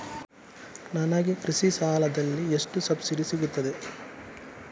ನನಗೆ ಕೃಷಿ ಸಾಲದಲ್ಲಿ ಎಷ್ಟು ಸಬ್ಸಿಡಿ ಸೀಗುತ್ತದೆ?